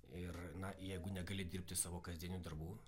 ir na jeigu negali dirbti savo kasdienių darbų